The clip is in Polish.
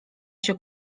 się